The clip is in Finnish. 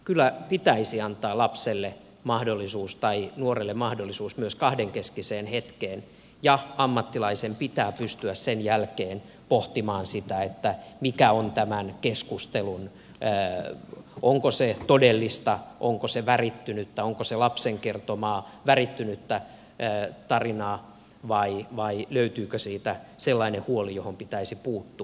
kyllä pitäisi antaa lapselle tai nuorelle mahdollisuus myös kahdenkeskiseen hetkeen ja ammattilaisen pitää pystyä sen jälkeen pohtimaan sitä että mikä on tämän onko tämä keskustelu todellista onko se värittynyttä onko se lapsen kertomaa värittynyttä tarinaa vai löytyykö siitä sellainen huoli johon pitäisi puuttua